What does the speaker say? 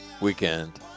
weekend